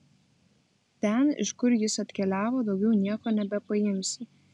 ten iš kur jis atkeliavo daugiau nieko nebepaimsi